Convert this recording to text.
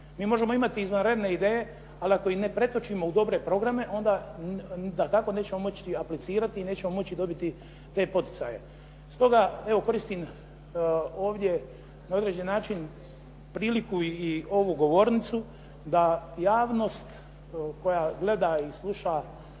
Mi možemo imati izvanredne ideje, ali ako ih ne pretočimo u dobre programe, onda dakako nećemo moći ni aplicirati i nećemo moći dobiti te poticaje. Stoga, evo koristim ovdje na određen način priliku i ovu govornicu da javnost koja gleda i sluša